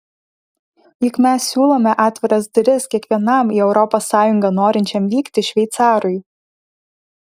juk mes siūlome atviras duris kiekvienam į europos sąjungą norinčiam vykti šveicarui